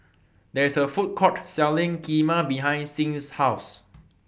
There IS A Food Court Selling Kheema behind Sing's House